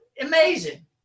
Amazing